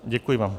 Děkuji vám.